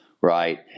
right